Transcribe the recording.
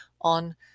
on